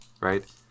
Right